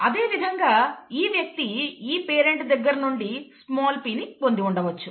అదేవిధంగా ఈ వ్యక్తి ఈ పేరెంట్ దగ్గర నుండి స్మాల్ p ని పొంది ఉండవచ్చు